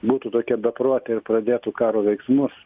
būtų tokia beprotė ir pradėtų karo veiksmus